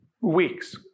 weeks